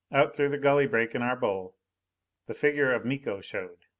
out through the gully break in our bowl the figure of miko showed!